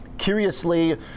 Curiously